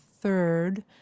third